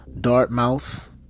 Dartmouth